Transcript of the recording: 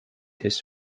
his